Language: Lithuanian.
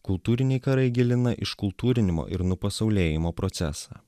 kultūriniai karai gilina iškultūrinimo ir nupasaulėjimo procesą